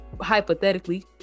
hypothetically